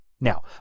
Now